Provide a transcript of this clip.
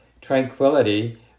tranquility